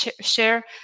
share